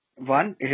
one